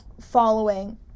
following